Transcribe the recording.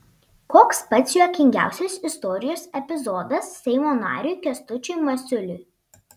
koks pats juokingiausias istorijos epizodas seimo nariui kęstučiui masiuliui